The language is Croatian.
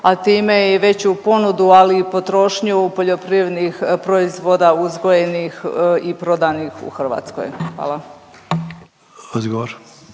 a time i veću ponudu, ali i potrošnju poljoprivrednih proizvoda uzgojenih i prodanih u Hrvatskoj? Hvala.